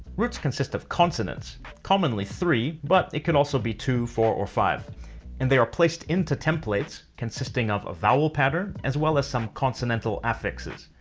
roots consist of consonants commonly three, but it can also be two, four, or five and they are placed into templates, consisting of a vowel pattern as well as some consonantal affixes.